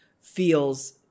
feels